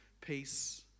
peace